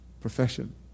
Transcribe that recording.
profession